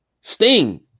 Sting